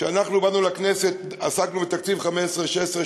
כשאנחנו באנו לכנסת עסקנו בתקציב 2015 2016,